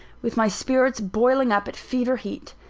with my spirits boiling up at fever heat.